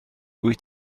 wyt